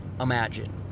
imagine